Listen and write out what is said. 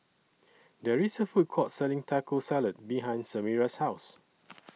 There IS A Food Court Selling Taco Salad behind Samira's House